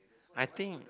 I think